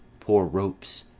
poor ropes,